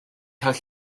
cael